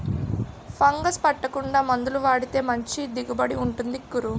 fungus పట్టకుండా మందులు వాడితే మంచి దిగుబడి ఉంటుంది గురూ